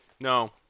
No